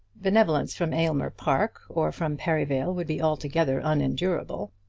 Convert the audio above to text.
benevolence from aylmer park or from perivale would be altogether unendurable.